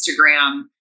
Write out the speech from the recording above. Instagram